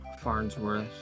farnsworth